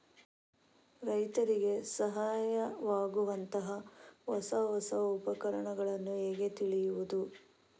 ರೈತರಿಗೆ ಸಹಾಯವಾಗುವಂತಹ ಹೊಸ ಹೊಸ ಉಪಕರಣಗಳನ್ನು ಹೇಗೆ ತಿಳಿಯುವುದು?